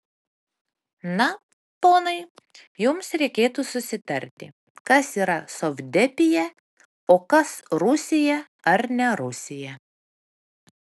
na ponai jums reikėtų susitarti kas yra sovdepija o kas rusija ar ne rusija